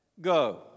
go